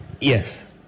Yes